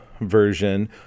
version